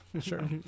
sure